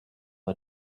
the